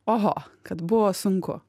oho kad buvo sunku